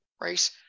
right